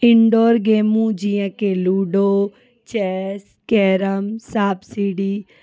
indoor गेमूं जीअं कि लूडो चेस कैरम सांप सीड़ी